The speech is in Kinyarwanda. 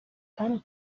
kandi